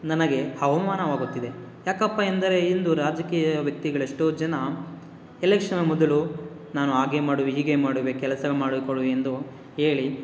ನನಗೆ ಅವ್ಮಾನವಾಗುತ್ತಿದೆ ಯಾಕಪ್ಪ ಎಂದರೆ ಇಂದು ರಾಜಕೀಯ ವ್ಯಕ್ತಿಗಳೆಷ್ಟೋ ಜನ ಎಲೆಕ್ಷನ್ ಮೊದಲು ನಾನು ಹಾಗೆ ಮಾಡುವೆ ಹೀಗೆ ಮಾಡುವೆ ಕೆಲಸ ಮಾಡಿಕೊಡುವೆ ಎಂದು ಹೇಳಿ